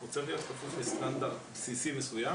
הוא צריך להיות כפוף לסטנדרט בסיסי מסוים.